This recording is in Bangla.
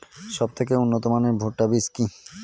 সবথেকে উন্নত মানের ভুট্টা বীজ কি?